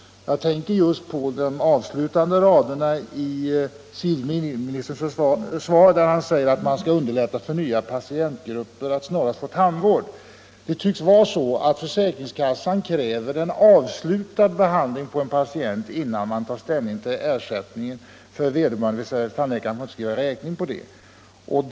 Jag tänker just på de avslutande raderna i socialministerns svar, där han säger att man syftar till ”att underlätta för nya patientgrupper att så snart som möjligt få tandvård”. Försäkringskassan tycks kräva avslutad behandling på en patient, innan den tar ställning till ersättningen för vederbörande, dvs. innan tandläkaren får skriva räkning.